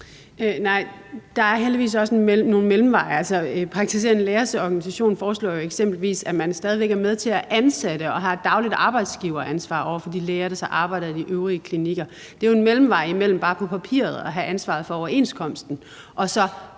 der er heldigvis også nogle mellemveje. Praktiserende Lægers Organisation foreslår jo eksempelvis, at man stadig væk er med til at ansætte og har et dagligt arbejdsgiveransvar over for de læger, der så arbejder i de øvrige klinikker. Det er jo en mellemvej imellem bare på papiret at have ansvaret for overenskomsten